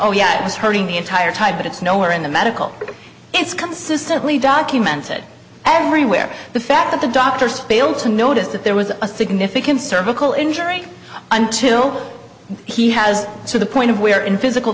oh yeah it was hurting the entire time but it's nowhere in the medical it's consistently documented everywhere the fact that the doctors failed to notice that there was a significant cervical injury until he has to the point of where in physical